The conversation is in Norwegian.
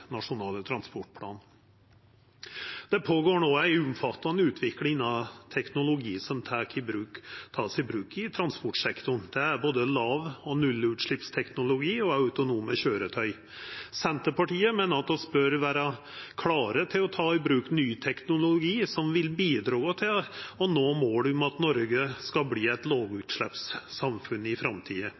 nasjonale transportplan. Det går no føre seg ei omfattande utvikling innan teknologi som vert teken i bruk innan transportsektoren. Det gjeld både låg- og nullutsleppsteknologi og autonome køyretøy. Senterpartiet meiner at vi bør vera klare til å ta i bruk ny teknologi som vil bidra til å nå målet om at Noreg skal verta eit lågutsleppssamfunn i framtida.